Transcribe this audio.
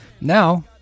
Now